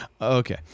Okay